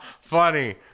Funny